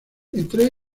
entre